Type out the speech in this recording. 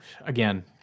again